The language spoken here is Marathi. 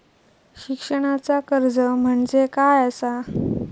शिक्षणाचा कर्ज म्हणजे काय असा?